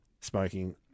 smoking